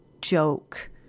joke